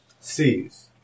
...sees